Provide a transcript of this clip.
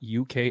uk